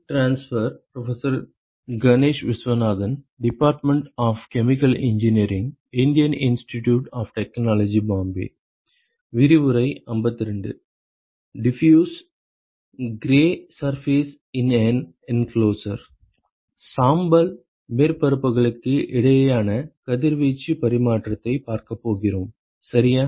diffuse grey surfaces in an enclosure சாம்பல் மேற்பரப்புகளுக்கு இடையேயான கதிர்வீச்சு பரிமாற்றத்தை பார்க்கப் போகிறோம் சரியா